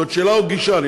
זאת שאלה או גישה?